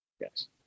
Yes